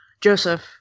Joseph